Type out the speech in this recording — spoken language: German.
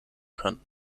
können